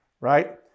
right